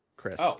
chris